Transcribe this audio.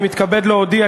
אני מתכבד להודיע,